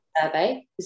survey